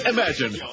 Imagine